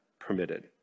permitted